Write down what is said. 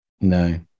No